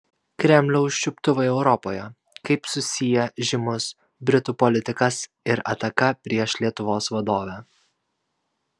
kremliaus čiuptuvai europoje kaip susiję žymus britų politikas ir ataka prieš lietuvos vadovę